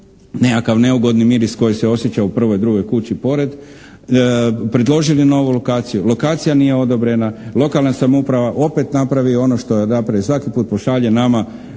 nekakav neugodni miris koji se osjeća u prvoj, drugoj kući pored, predložili novu lokaciju, lokacija nije odobrena, lokalna samouprava opet napravi ono što napravi svaki put, svaki put pošalje nama